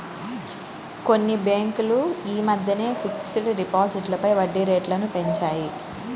కొన్ని బ్యేంకులు యీ మద్దెనే ఫిక్స్డ్ డిపాజిట్లపై వడ్డీరేట్లను పెంచాయి